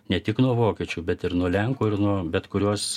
ne tik nuo vokiečių bet ir nuo lenkų ir nuo bet kurios